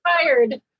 Fired